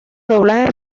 doblajes